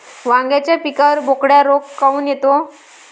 वांग्याच्या पिकावर बोकड्या रोग काऊन येतो?